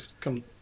come